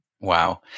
Wow